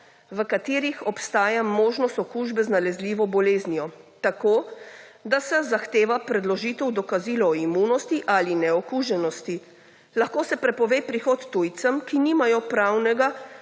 v katerih obstaja možnost okužbe z nalezljivo boleznijo, tako da se zahteva predložitev dokazil o imunosti ali neokuženosti; lahko se prepove prihod tujcem, ki nimajo pravnega